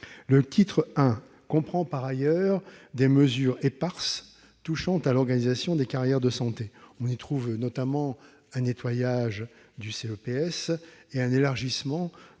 Le titre I comprend par ailleurs des mesures éparses touchant à l'organisation des carrières en santé. On y trouve notamment un toilettage du CESP et un élargissement